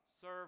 serve